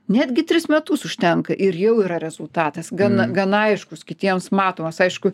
netgi tris metus užtenka ir jau yra rezultatas gan gan aiškūs kitiems matomas aišku